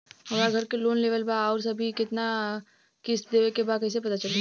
हमरा घर के लोन लेवल बा आउर अभी केतना किश्त देवे के बा कैसे पता चली?